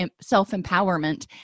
self-empowerment